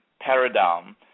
paradigm